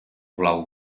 blau